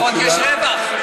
לפחות יש רווח.